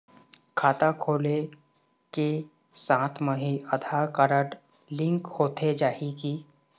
खाता खोले के साथ म ही आधार कारड लिंक होथे जाही की?